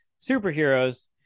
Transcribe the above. superheroes